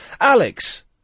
Alex